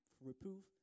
reproof